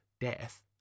death